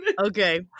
okay